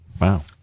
wow